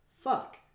fuck